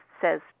says